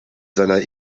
seiner